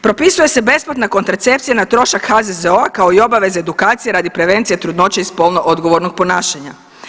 Propisuje se besplatna kontracepcija na trošak HZZO-a kao i obaveze edukacije radi prevencije trudnoće i spolno odgovornog ponašanja.